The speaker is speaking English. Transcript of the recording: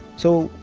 so,